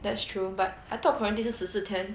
that's true but I thought quarantine 是十四天